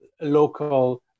local